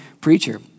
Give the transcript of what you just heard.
preacher